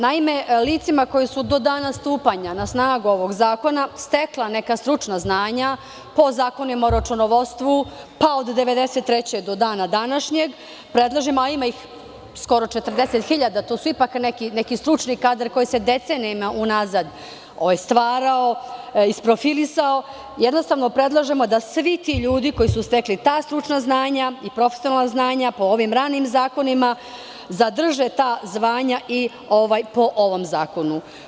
Naime, licima koja su do dana stupanja na snagu ovog zakona, stekla neka stručna znanja, po zakonima o računovodstvu od 1993. godine, do dana današnjeg, predlažem, a ima ih skoro 40.000, to su ipak neki stručni kadar koji se decenijama unazad stvarao, isprofilisao, jednostavno predlažemo da svi ti ljudi koji su stekli ta stručna znanja i profesionalna znanja, po ovim ranim zakonima, zadrže ta zvanja po ovom zakonu.